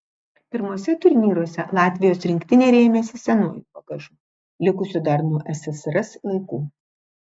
pirmuose turnyruose latvijos rinktinė rėmėsi senuoju bagažu likusiu dar nuo ssrs laikų